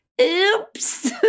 Oops